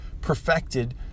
perfected